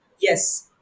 Yes